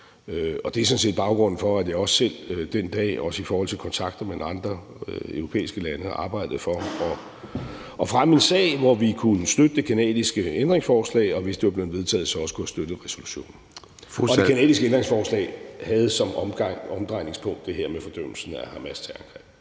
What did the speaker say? Det er sådan set baggrunden for, at jeg også selv den dag, også i forhold til kontakter med andre europæiske lande, arbejdede for at fremme en sag, hvor vi kunne støtte det canadiske ændringsforslag, og hvis det var blevet vedtaget, så også kunne have støttet resolutionen. Det canadiske ændringsforslag havde som omdrejningspunkt det her med fordømmelsen af Hamas' terrorangreb.